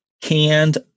canned